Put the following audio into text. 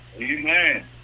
Amen